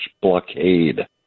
blockade